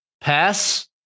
pass